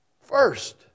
first